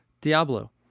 Diablo